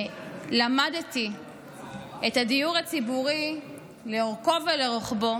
למדתי את הדיור הציבורי לאורכו ולרוחבו,